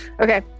Okay